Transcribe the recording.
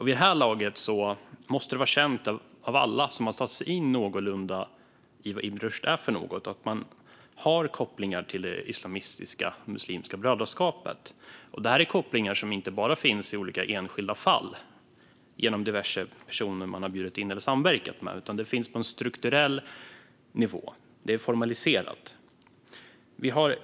Vid det här laget måste det vara känt av alla som någorlunda satt sig in i vad Ibn Rushd är att förbundet har kopplingar till det islamistiska Muslimska brödraskapet. Dessa kopplingar finns inte bara i enskilda fall genom diverse personer man bjudit in eller samverkat med, utan de finns på en strukturell nivå. Det är formaliserat.